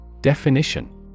Definition